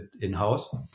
in-house